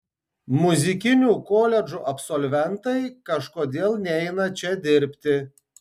muzikinių koledžų absolventai kažkodėl neina čia dirbti